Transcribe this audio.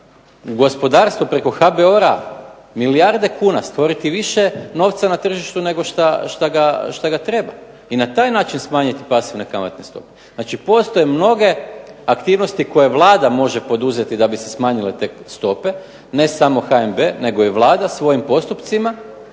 gospodarstvu preko HBOR-a milijarde kuna, stvoriti više novca na tržištu nego što ga treba. I na taj način smanjiti pasivne kamatne stope. Znači postoje mnoge aktivnosti koje Vlada može poduzeti da bi se smanjile te stope. Ne samo HNB nego i vlada svojim postupcima.